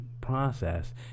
process